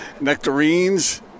nectarines